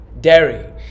dairy